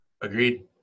Agreed